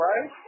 right